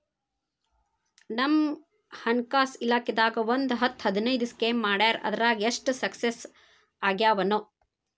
ನಮ್ ಹಣಕಾಸ್ ಇಲಾಖೆದಾಗ ಒಂದ್ ಹತ್ತ್ ಹದಿನೈದು ಸ್ಕೇಮ್ ಮಾಡ್ಯಾರ ಅದ್ರಾಗ ಎಷ್ಟ ಸಕ್ಸಸ್ ಆಗ್ಯಾವನೋ